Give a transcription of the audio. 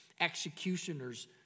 executioners